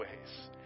ways